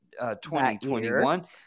2021